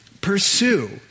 Pursue